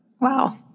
Wow